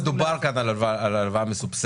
קודם כל מדובר כאן על הלוואה מסובסדת,